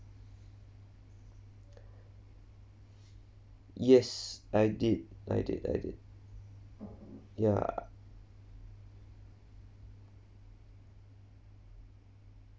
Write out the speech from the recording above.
yes I did I did I did ya